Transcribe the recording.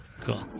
cool